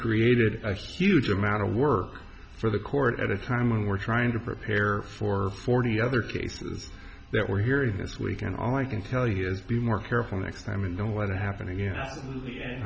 created a huge amount of work for the court at a time when we're trying to prepare for forty other cases that we're hearing this week and all i can tell you is be more careful next time and don't let it happen again a